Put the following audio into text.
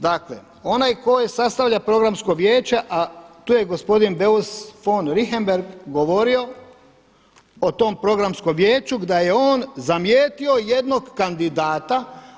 Dakle onaj koji sastavlja programsko vijeće a tu je i gospodin Beus von Richembergh govorio o tom programskom vijeću da je on zamijetio jednog kandidata.